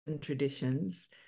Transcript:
traditions